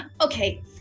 Okay